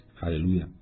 Hallelujah